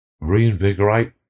reinvigorate